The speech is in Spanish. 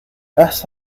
haz